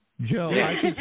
Joe